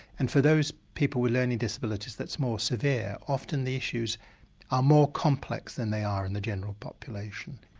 and for those people with learning disabilities that's more severe, often the issues are more complex than they are in the general population.